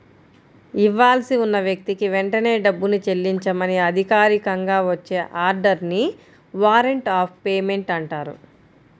ఇవ్వాల్సి ఉన్న వ్యక్తికి వెంటనే డబ్బుని చెల్లించమని అధికారికంగా వచ్చే ఆర్డర్ ని వారెంట్ ఆఫ్ పేమెంట్ అంటారు